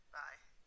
bye